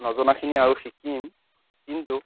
নজনাখিনি আৰু শিকিম কিন্তু